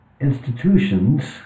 institutions